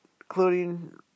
including